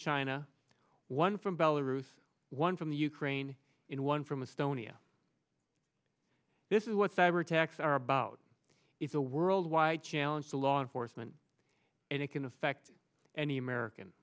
china one from bell ruth one from the ukraine in one from a stony a this is what cyber attacks are about is a worldwide challenge to law enforcement and it can affect any american